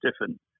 different